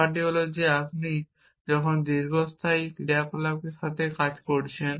ব্যাপারটি হল যে আপনি যখন দীর্ঘস্থায়ী ক্রিয়াগুলির সাথে কাজ করছেন